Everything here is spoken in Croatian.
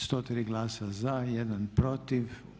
103 glasa za, 1 protiv.